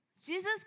Jesus